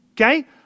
Okay